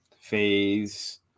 phase